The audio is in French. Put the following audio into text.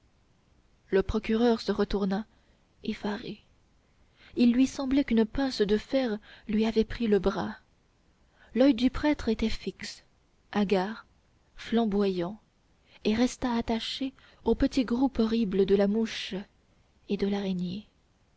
le procureur se retourna effaré il lui semblait qu'une pince de fer lui avait pris le bras l'oeil du prêtre était fixe hagard flamboyant et restait attaché au petit groupe horrible de la mouche et de l'araignée